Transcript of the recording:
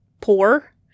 poor